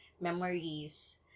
memories